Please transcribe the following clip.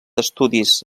estudis